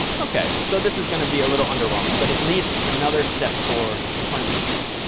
ok. so this is going to be a little underwhelming but at least it's another step toward cleanliness.